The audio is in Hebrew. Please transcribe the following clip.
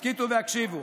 הסכיתו והקשיבו: